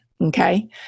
okay